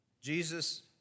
Jesus